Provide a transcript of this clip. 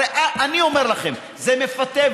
הרי אני אומר לכם: זה מפתה,